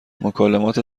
مکالمات